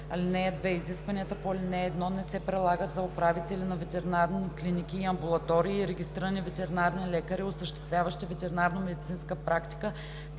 ал. 2: „(2) Изискванията по ал. 1 не се прилагат за управители на ветеринарни клиники и амбулатории и регистрирани ветеринарни лекари, осъществяващи ветеринарномедицинска практика